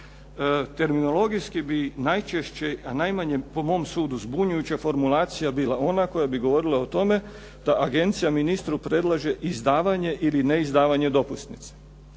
Terminologijski bi najčešće a najmanje po mom sudu zbunjujuća formulacija bila ona koja bi govorila o tome da agencija ministru predlaže izdavanje ili neizdavanje dopusnice.